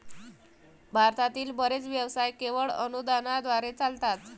भारतातील बरेच व्यवसाय केवळ अनुदानाद्वारे चालतात